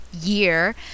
year